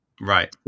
Right